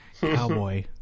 cowboy